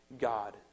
God